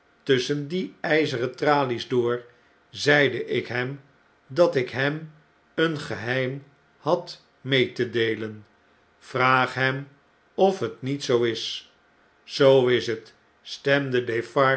tusschen die ijzeren tralies door zeide ik hem dat ik hem eengeheim had mee te deelen vraag hem of het niet zoo is zoo is het stemde